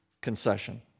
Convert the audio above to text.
concession